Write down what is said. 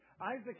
Isaac